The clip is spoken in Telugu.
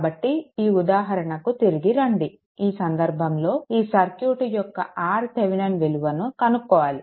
కాబట్టి ఈ ఉదాహరణకి తిరిగి రండి ఈ సందర్భంలో ఈ సర్క్యూట్ యొక్క RThevenin విలువను కనుక్కోవాలి